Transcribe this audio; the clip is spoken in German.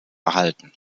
erhalten